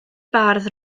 bardd